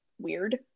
weird